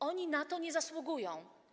Oni na to nie zasługują.